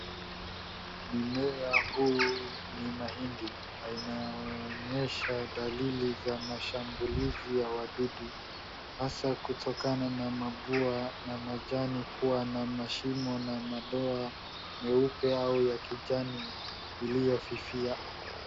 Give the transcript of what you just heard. Mimea huu ni mahindi na inaonyesha dalili za mashambulizi ya wadudu hasa kutokana na mabua na majani kuwa na mashimo na mdoa meupe au ya kijani iliyofifia.